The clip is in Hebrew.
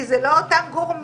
כי זה לא אותם גורמים,